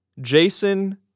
Jason